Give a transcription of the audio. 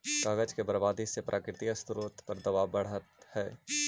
कागज के बर्बादी से प्राकृतिक स्रोत पर दवाब बढ़ऽ हई